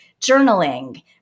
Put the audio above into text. journaling